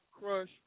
crush